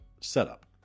setup